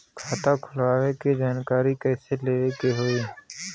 खाता खोलवावे के जानकारी कैसे लेवे के होई?